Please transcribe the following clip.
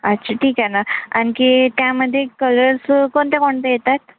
अच्छा ठीक आहे ना आणखी त्यामध्ये कलर्स कोणते कोणते येतात